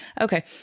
Okay